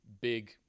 big